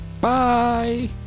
Bye